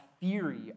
theory